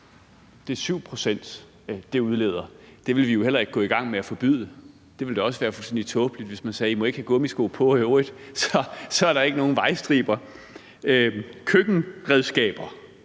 udleder 7 pct. Det ville vi jo heller ikke gå i gang med at forbyde. Det ville da også være fuldstændig tåbeligt, hvis man sagde: I må ikke have gummisko på, og i øvrigt er der ikke nogen vejstriber. Køkkenredskaber